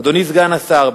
אדוני סגן השר,